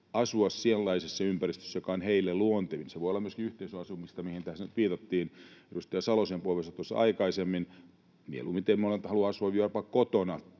asua sellaisessa ympäristössä, joka on heille luontevin. Se voi olla myöskin yhteisöasumista, mihin tässä nyt viitattiin edustaja Salosen puheenvuorossa tuossa aikaisemmin. Kun mieluimmin monet haluavat asua jopa kotona